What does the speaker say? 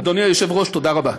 אדוני היושב-ראש, תודה רבה.